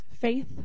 Faith